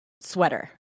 sweater